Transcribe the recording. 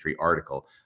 article